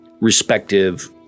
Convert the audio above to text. respective